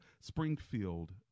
Springfield